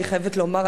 אני חייבת לומר,